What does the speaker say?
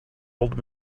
old